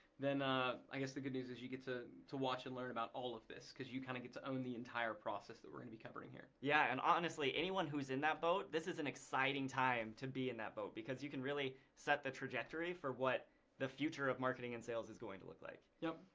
then ah i guess the good news is you get to to watch and learn about all of this cause you kind of get to own the entire process that we're going to be covering here. yeah and honestly, anyone who's in that boat, this is an exciting time to be in that boat because you can really set the trajectory for what the future of marketing and sales is going to look like. yep,